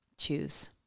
choose